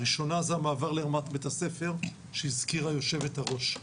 הראשונה זה המעבר לרמת בית הספר שהזכירה יושבת הראש.